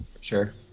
Sure